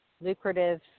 lucrative